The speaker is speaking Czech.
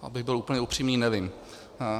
Abych byl úplně upřímný, nevím.